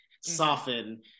soften